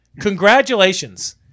congratulations